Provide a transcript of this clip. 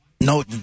No